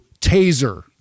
taser